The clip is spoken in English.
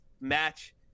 match